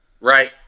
Right